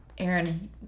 Aaron